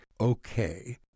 okay